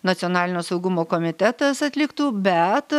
nacionalinio saugumo komitetas atliktų bet